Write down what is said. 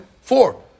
four